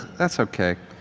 that's okay.